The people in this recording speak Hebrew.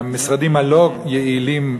מהמשרדים הלא-יעילים,